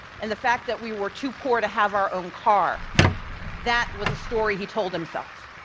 and the fact that we were too poor to have our own car that was a story he told himself.